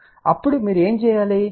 కాబట్టి అప్పుడు మీరు ఏమి చేయాలి